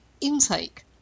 intake